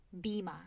bima